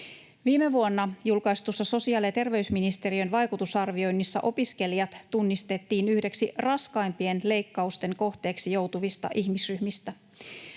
Viime vuonna julkaistussa sosiaali- ja terveysministeriön vaikutusarvioinnissa opiskelijat tunnistettiin yhdeksi raskaimpien leikkausten kohteeksi joutuvista ihmisryhmistä.